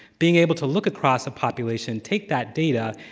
being able to look across a population, take that data,